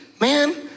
man